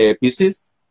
pieces